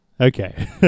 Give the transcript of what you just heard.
Okay